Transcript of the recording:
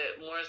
more